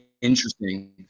Interesting